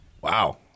wow